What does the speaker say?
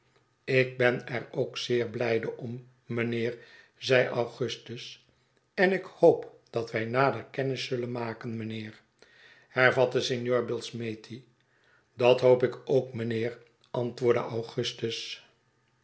ik ben er ook zeer blijde om mijnheer zeide augustus en ik hoop dat wij nader kennis zullen maken mijnheer hervatte signor billsmethi dat hoop ik ook mijnheer antwoordde augustus